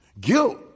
Guilt